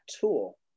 tool